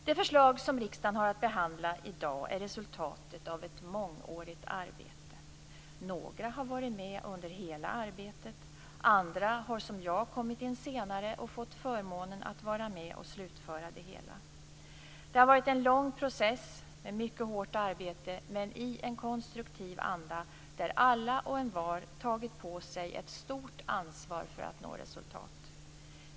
Det förslag som riksdagen har att behandla i dag är resultatet av ett mångårigt arbete. Några har varit med under hela arbetet. Andra har som jag kommit in senare och fått förmånen att vara med och slutföra det hela. Det har varit en lång process med mycket hårt arbete, men i en konstruktiv anda där alla och envar tagit på sig ett stort ansvar för att nå resultat.